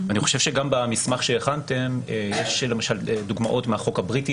אני חושב שגם במסמך שהכנסתם יש למשל דוגמאות מהחוק הבריטי,